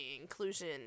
inclusion